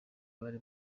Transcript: bari